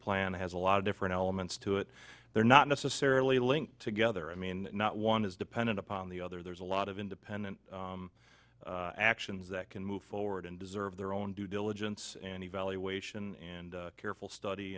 plan has a lot of different elements to it they're not necessarily linked together i mean not one is dependent upon the other there's a lot of independent actions that can move forward and deserve their own due diligence and evaluation and careful study